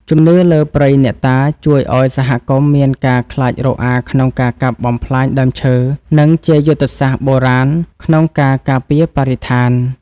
ជំនឿលើព្រៃអ្នកតាជួយឱ្យសហគមន៍មានការខ្លាចរអាក្នុងការកាប់បំផ្លាញដើមឈើ និងជាយុទ្ធសាស្ត្របុរាណក្នុងការការពារបរិស្ថាន។